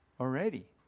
already